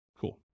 Cool